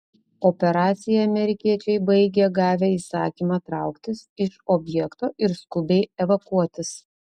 operaciją amerikiečiai baigė gavę įsakymą trauktis iš objekto ir skubiai evakuotis